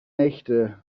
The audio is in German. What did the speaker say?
nächte